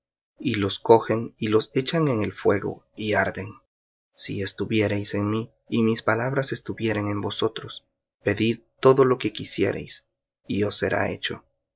y los cogen y los echan en el fuego y arden si estuviereis en mí y mis palabras estuvieren en vosotros pedid todo lo que quisiereis y os será hecho